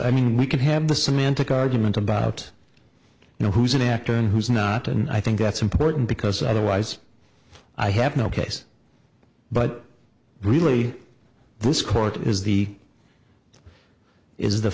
i mean we can have a semantic argument about you know who's an actor and who's not and i think that's important because otherwise i have no case but really this court is the is the